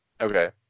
okay